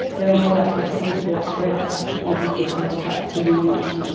they were more likely to see the black gorilla than people told to track the team in white.